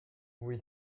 oui